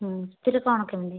ସେଥିରୁ କଣ କେମିତି